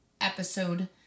episode